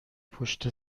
پشت